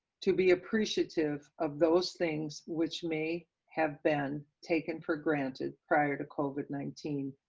to be appreciative of those things which may have been taken for granted prior to covid nineteen.